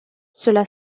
cela